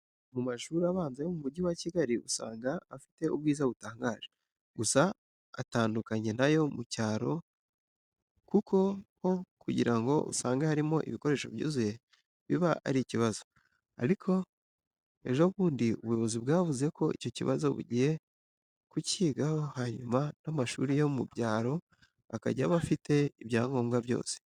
Mu mashuri abanza yo mu Mujyi wa Kigali usanga afite ubwiza butangaje. Gusa atandukanye n'ayo mu cyaro kuko ho kugira ngo usange harimo ibikoresho byuzuye biba ari ikibazo. Ariko ejo bundi ubuyobozi bwavuze ko icyo kibazo bugiye kucyigaho hanyuma n'amashuri yo mu byaro akajya aba afite ibyangombwa byose.